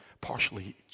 partially